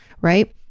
right